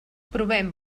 provem